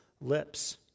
lips